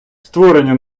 створення